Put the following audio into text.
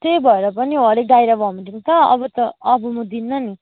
त्यही भएर पनि हो अलिक डाइरिया भोमिटिङ त अब त अब म दिन्न नि